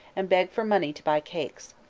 and beg for money to buy cakes.